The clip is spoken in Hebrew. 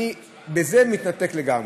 אני מזה מתנתק לגמרי.